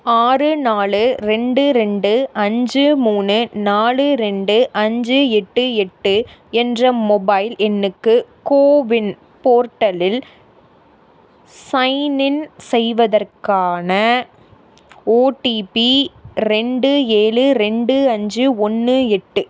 ஆறு நாலு ரெண்டு ரெண்டு அஞ்சு மூணு நாலு ரெண்டு அஞ்சு எட்டு எட்டு என்ற மொபைல் எண்ணுக்கு கோவின் போர்ட்டலில் சைன்இன் செய்வதற்கான ஓடிபி ரெண்டு ஏழு ரெண்டு அஞ்சு ஒன்று எட்டு